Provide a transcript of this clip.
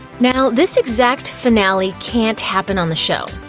now, this exact finale can't happen on the show.